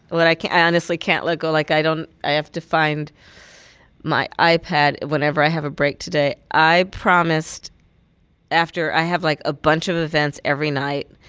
what i can't i honestly can't let go, like i don't i have to find my ipad whenever i have a break today. i promised after i have, like, a bunch of events every night,